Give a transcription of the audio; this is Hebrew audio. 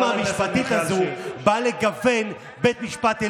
אבל אני מצפה היום לטיפ-טיפונת אחריות גם מצידכם ביום שכזה.